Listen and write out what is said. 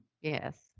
Yes